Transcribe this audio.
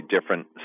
different